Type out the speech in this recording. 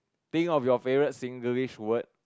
think of your favorite Singlish word